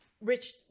rich